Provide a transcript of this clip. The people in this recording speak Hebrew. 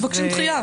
מבקשים דחייה.